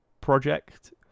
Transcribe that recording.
project